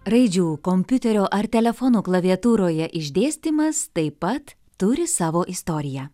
raidžių kompiuterio ar telefono klaviatūroje išdėstymas taip pat turi savo istoriją